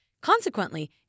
Consequently